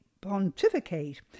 pontificate